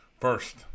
First